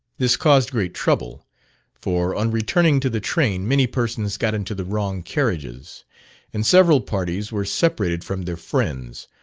this caused great trouble for on returning to the train many persons got into the wrong carriages and several parties were separated from their friends,